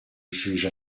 juge